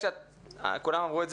כמו שכולם אמרו,